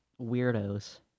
weirdos